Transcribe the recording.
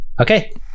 okay